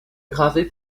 gravés